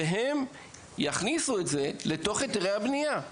והם יכניסו את זה לתוך היתרי הבנייה.